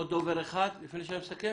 עוד דובר אחד לפני שאני מסכם?